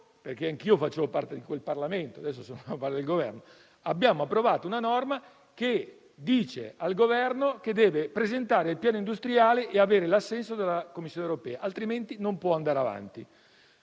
di cui anch'io facevo parte, anche se adesso sono al Governo, ha approvato una norma che impone al Governo di presentare il piano industriale e avere l'assenso della Commissione europea, altrimenti non può andare avanti.